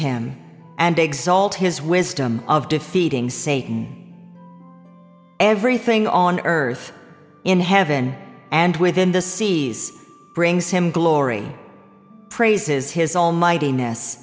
him and exalt his wisdom of defeating satan everything on earth in heaven and within the seas brings him glory praises his almightiness